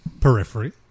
Periphery